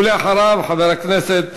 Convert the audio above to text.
ואחריו, חבר הכנסת